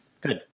Good